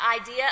idea